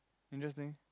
interesting